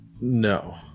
No